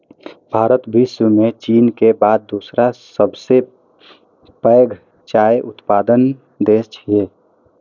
भारत विश्व मे चीन के बाद दोसर सबसं पैघ चाय उत्पादक देश छियै